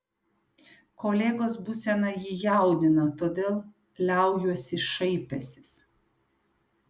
kolegos būsena jį jaudina todėl liaujuosi šaipęsis